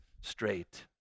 straight